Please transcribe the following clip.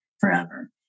forever